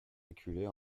éculées